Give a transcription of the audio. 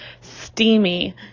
steamy